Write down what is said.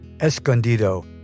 Escondido